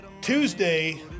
Tuesday